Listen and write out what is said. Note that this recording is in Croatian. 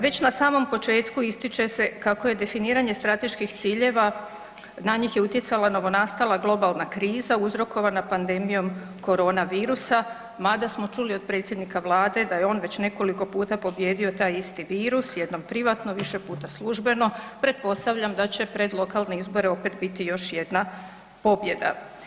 Već na samom početku ističe se kako je definiranje strateških ciljeva, na njih je utjecala novonastala globalna kriza uzrokovana pandemijom korona virusa mada smo čuli od predsjednika Vlade da je on već nekoliko puta pobijedio taj isti virus, jedno privatno, više puta službeno, pretpostavljam da će pred lokalne izbore opet biti još jedna pobjeda.